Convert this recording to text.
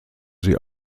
sie